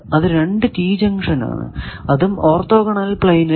അത് രണ്ടു T junction ആണ് അതും ഓർത്തോഗോണൽ പ്ലൈനിൽ